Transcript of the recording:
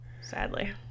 sadly